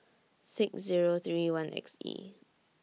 six Zero three one X E